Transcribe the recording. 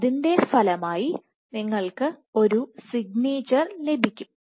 അതിന്റെ ഫലമായി നിങ്ങൾക്ക് ഒരു സിഗ്നേച്ചർ ലഭിക്കും